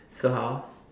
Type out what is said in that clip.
so how